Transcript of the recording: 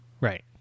Right